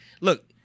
Look